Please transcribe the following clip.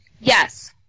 Yes